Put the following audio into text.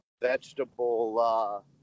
vegetable